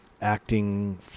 acting